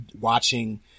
watching